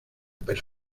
pero